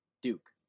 Duke